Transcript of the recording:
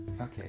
Okay